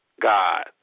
God